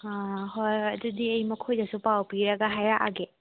ꯑꯥ ꯍꯣꯏ ꯍꯣꯏ ꯑꯗꯨꯗꯤ ꯑꯩ ꯃꯈꯣꯏꯗꯁꯨ ꯄꯥꯎ ꯄꯤꯔꯒ ꯍꯥꯏꯔꯛꯑꯒꯦ